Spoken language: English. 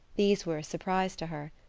these were a surprise to her.